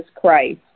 Christ